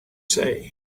say